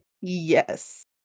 Yes